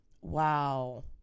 Wow